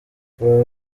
baba